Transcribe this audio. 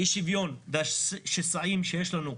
שוויון והשסעים שיש לנו.